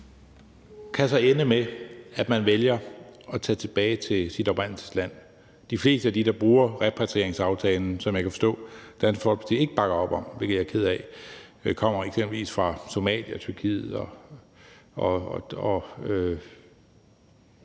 kan så ende med, at man vælger at tage tilbage til sit oprindelsesland. De fleste af dem, der bruger repatrieringsaftalen, som jeg kan forstå at Dansk Folkeparti ikke bakker op om, hvilket jeg er ked af, kommer eksempelvis fra Somalia og Tyrkiet og